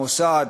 מוסד,